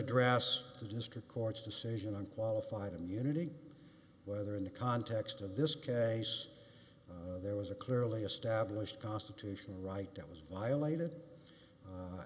address the district court's decision on qualified immunity whether in the context of this case there was a clearly established constitutional right that was violated